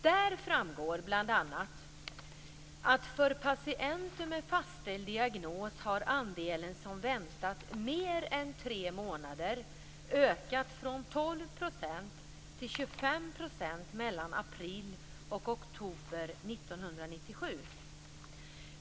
Där framgår bl.a. att för patienter med fastställd diagnos har andelen som väntat mer än tre månader ökat från 12 % till 25 % mellan april och oktober 1997.